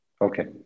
Okay